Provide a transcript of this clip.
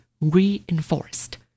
reinforced